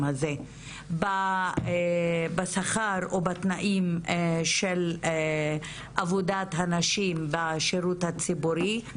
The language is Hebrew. הזה בשכר ובתנאים של עבודת הנשים בשירות הציבורי.